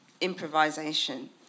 improvisation